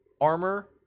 armor